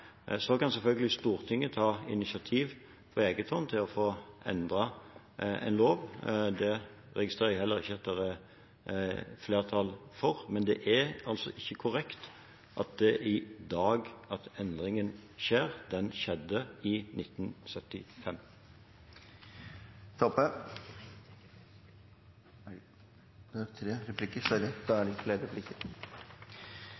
Så kan selvfølgelig Stortinget ta initiativ til på egen hånd å endre en lov. Det registrerer jeg at det ikke er flertall for. Men det er altså ikke korrekt at endringen skjer i dag; den skjedde i 1975. Replikkordskiftet er